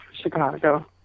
Chicago